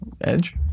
Edge